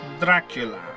Dracula